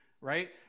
right